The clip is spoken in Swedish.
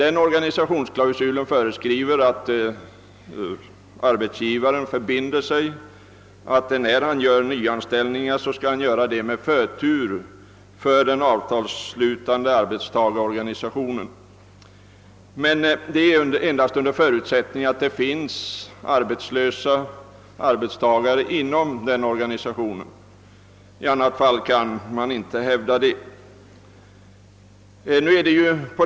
Enligt denna förbinder sig arbetsgivaren att vid nyanställningar ge förtur åt den avtalsslutande arbetstagarorganisationens medlemmar, men detta gäller endast under förutsättning att det finns arbetslösa medlemmar inom organisationen.